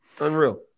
Unreal